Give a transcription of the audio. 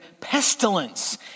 pestilence